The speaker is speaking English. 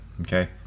Okay